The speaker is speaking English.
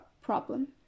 problem